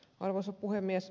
arvoisa puhemies